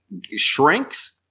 shrinks